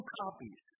copies